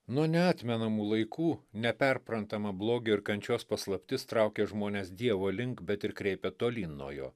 nuo neatmenamų laikų neperprantamą blogio ir kančios paslaptis traukė žmones dievo link bet ir kreipia tolyn nuo jo